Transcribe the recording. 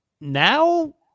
Now